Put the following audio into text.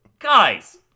Guys